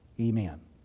Amen